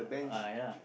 uh ya